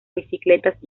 bicicletas